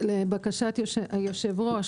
לבקשת היושב-ראש,